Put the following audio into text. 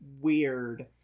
weird